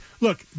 Look